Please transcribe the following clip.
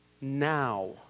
now